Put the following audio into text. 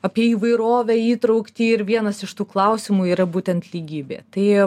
apie įvairovę įtrauktį ir vienas iš tų klausimų yra būtent lygybė tai